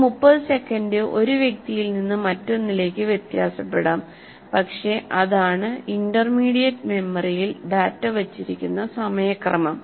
ഈ 30 സെക്കൻഡ് ഒരു വ്യക്തിയിൽ നിന്ന് മറ്റൊന്നിലേക്ക് വ്യത്യാസപ്പെടാം പക്ഷേ അതാണ് ഇന്റർമീഡിയറ്റ് മെമ്മറിയിൽ ഡാറ്റ വച്ചിരിക്കുന്ന സമയ ക്രമം